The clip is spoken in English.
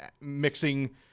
mixing